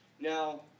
Now